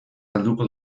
galduko